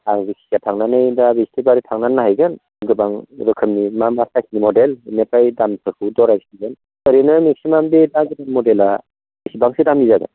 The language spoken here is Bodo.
आं जेखिजाया थांनाैनै दा बिस्थिबाराव थांनानै नायहैगोन गोबां रोखोमनि मा मा साइसनि मडेल बेनिफ्राय दामफोरखौ दरायसिगोन ओरैनो मेक्सिमाम दा बे गोदान मडेला बेसेबांसो दामनि जागोन